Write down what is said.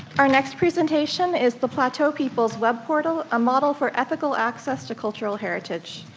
our next presentation is the plateau peoples' web portal, a model for ethical access to cultural heritage.